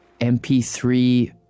mp3